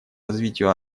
развитию